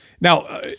Now